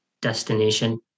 destination